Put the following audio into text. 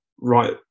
right